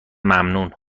ممنون